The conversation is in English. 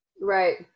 right